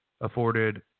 afforded